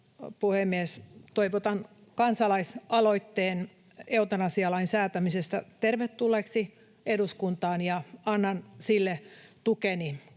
Toivotan kansalaisaloitteen eutanasialain säätämisestä tervetulleeksi eduskuntaan ja annan sille tukeni.